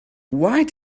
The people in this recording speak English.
why